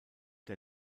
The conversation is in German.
der